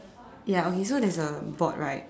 ya okay so there's a board right